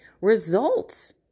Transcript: results